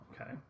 Okay